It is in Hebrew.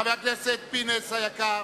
חבר הכנסת פינס היקר,